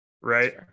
Right